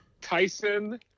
Tyson